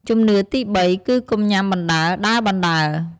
ជំនឿទីបី គឺកុំញ៉ាំបណ្ដើរ ដើរបណ្ដើរ។